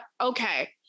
Okay